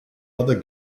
other